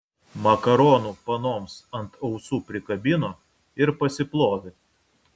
makaronų panoms ant ausų prikabino ir pasiplovė